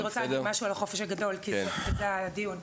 אני רוצה להגיד משהו על החופש הגדול כי בזה הדיון.